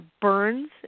burns